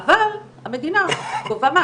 וגם של הצעת החוק.